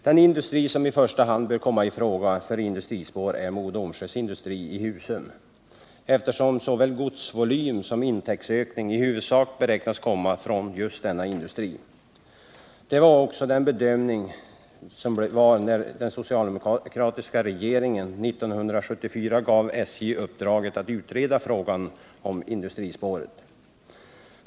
Den industri som i första hand bör komma i fråga för industrispår är Mo och Domsjös industri i Husum, eftersom såväl godsvolym som intäktsökning i huvudsak beräknas komma från just denna industri, Det var också bedömningen när den socialdemokratiska regeringen år 1974 gav SJ uppdraget att utreda frågan om industrispåret.